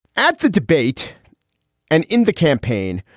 add to debate and in the campaign,